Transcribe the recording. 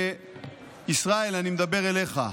ישראל, אני מדבר אליך: